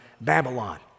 Babylon